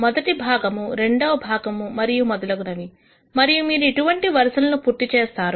మొదటి భాగము రెండవ భాగము మరియు మొదలగునవి మరియు మీరు ఇటువంటి వరుసలను పూర్తి చేస్తారు